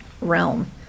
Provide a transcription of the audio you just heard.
realm